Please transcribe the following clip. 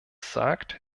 sagt